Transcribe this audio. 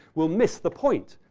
will miss the point.